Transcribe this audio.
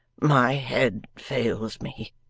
my head fails me.